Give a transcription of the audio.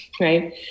right